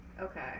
Okay